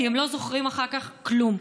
כי הם לא זוכרים אחר כך כלום.